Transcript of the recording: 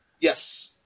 Yes